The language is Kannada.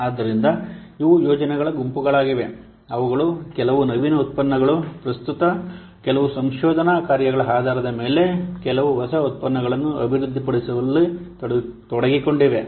ಆದ್ದರಿಂದ ಇವು ಯೋಜನೆಗಳ ಗುಂಪುಗಳಾಗಿವೆ ಅವುಗಳು ಕೆಲವು ನವೀನ ಉತ್ಪನ್ನಗಳು ಪ್ರಸ್ತುತ ಕೆಲವು ಸಂಶೋಧನಾ ಕಾರ್ಯಗಳ ಆಧಾರದ ಮೇಲೆ ಕೆಲವು ಹೊಸ ಉತ್ಪನ್ನಗಳನ್ನು ಅಭಿವೃದ್ಧಿಪಡಿಸುವಲ್ಲಿ ತೊಡಗಿಕೊಂಡಿವೆ